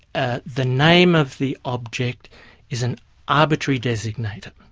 ah the name of the object is an arbitrary designator.